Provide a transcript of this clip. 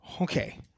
Okay